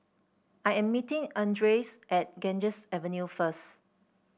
I am meeting Andres at Ganges Avenue first